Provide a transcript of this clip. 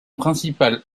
principal